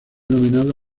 nominado